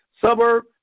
suburb